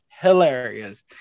hilarious